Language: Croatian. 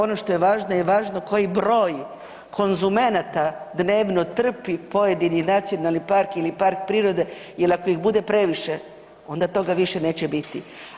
Ono što je važno je važno koji broj konzumenata dnevno trpi pojedini nacionalni park ili park prirode jer ako ih bude previše onda toga više neće biti.